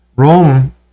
Rome